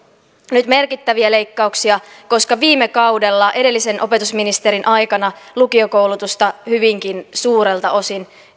nyt merkittäviä leikkauksia koska viime kaudella edellisen opetusministerin aikana lukiokoulutusta hyvinkin suurelta osin